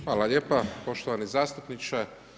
Hvala lijepo poštovani zastupniče.